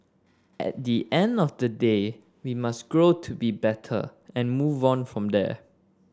at the end of the day we must grow to be better and move on from there